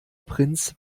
prinz